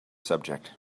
subject